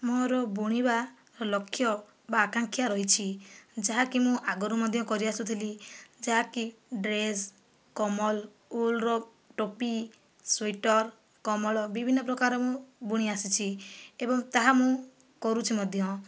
ମୋର ବୁଣିବା ଲକ୍ଷ ବା ଆକାଂକ୍ଷା ରହିଛି ଯାହାକି ମୁଁ ଆଗରୁ ମଧ୍ୟ କରିଆସୁଥିଲି ଯାହାକି ଡ୍ରେସ କମ୍ବଳ ଉଲର ଟୋପି ସ୍ଵେଟର କମ୍ବଳ ବିଭିନ୍ନ ପ୍ରକାର ମୁଁ ବୁଣିଆସିଛି ଏବଂ ତାହା ମୁଁ କରୁଛି ମଧ୍ୟ